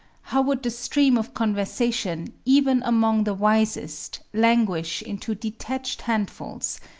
how would the stream of conversation, even among the wisest, languish into detached handfuls,